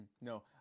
No